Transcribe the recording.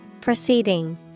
Proceeding